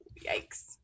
yikes